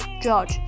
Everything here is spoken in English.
George